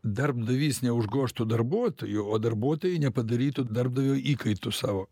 darbdavys neužgožtų darbuotojų o darbuotojai nepadarytų darbdavio įkaitu savo